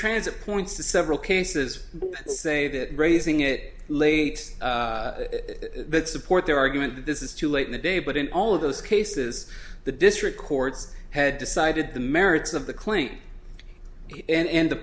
transit points to several cases say that raising it late that support their argument that this is too late in the day but in all of those cases the district courts had decided the merits of the claim and the